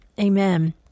Amen